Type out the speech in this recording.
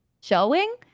showing